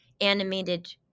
animated